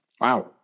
Wow